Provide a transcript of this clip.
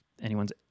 anyone's